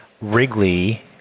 Wrigley